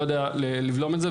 לא יודע לבלום אותו,